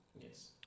Yes